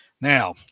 Now